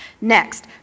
Next